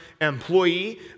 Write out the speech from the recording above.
employee